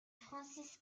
francis